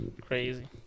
Crazy